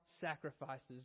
sacrifices